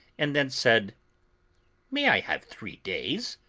and then said may i have three days?